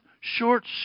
short